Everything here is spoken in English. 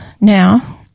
now